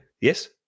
Yes